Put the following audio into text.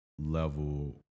level